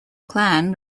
clan